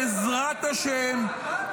בעזרת השם,